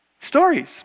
stories